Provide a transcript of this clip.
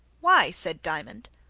why? said diamond.